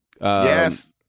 Yes